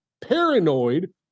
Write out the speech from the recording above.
paranoid